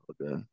Okay